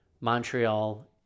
Montreal